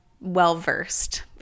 well-versed